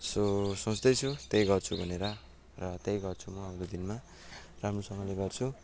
so सोच्दैछु त्यही गर्छु भनेर र त्यही गर्छु म आउँदो दिनमा राम्रोसँगले गर्छु